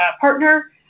partner